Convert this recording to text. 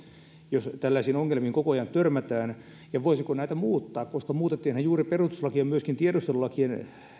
jos tällaisiin ongelmiin koko ajan törmätään ja voisiko niitä muuttaa koska muutettiinhan juuri perustuslakia myöskin tiedustelulakien